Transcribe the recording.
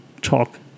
talk